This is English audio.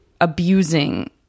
abusing